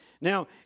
Now